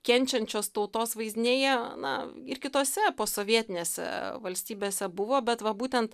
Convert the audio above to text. kenčiančios tautos vaizdinyje na ir kitose posovietinėse valstybėse buvo bet va būtent